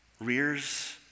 rears